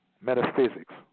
metaphysics